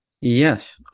Yes